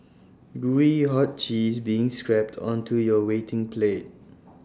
Gooey hot cheese being scrapped onto your waiting plate